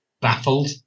baffled